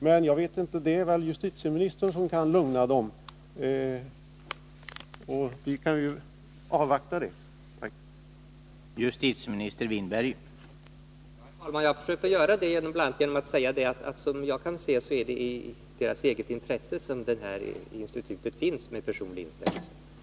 Men det är väl justitieministern som kan lugna dem, och vi får avvakta att det sker.